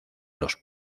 los